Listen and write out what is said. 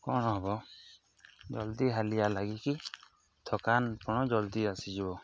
କ'ଣ ହବ ଜଲ୍ଦି ହାଲିଆ ଲାଗିକି ଥକାପଣ ଜଲ୍ଦି ଆସିଯିବ